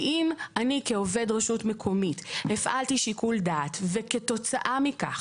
אם אני כעובד רשות מקומית הפעלתי שיקול דעת וכתוצאה מכך,